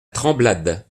tremblade